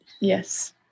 Yes